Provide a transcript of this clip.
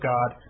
God